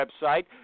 website